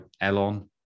Elon